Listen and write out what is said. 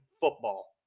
football